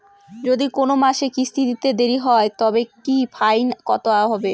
যদি কোন মাসে কিস্তি দিতে দেরি হয় তবে কি ফাইন কতহবে?